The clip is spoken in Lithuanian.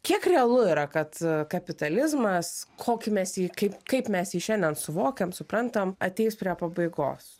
kiek realu yra kad kapitalizmas kokį mes jį kaip kaip mes jį šiandien suvokiam suprantam ateis prie pabaigos